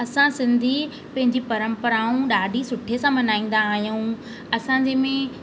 असां सिंधी पंहिंजी परम्पराऊं ॾाढी सुठे सां मल्हाईंदा आहियूं असांजे में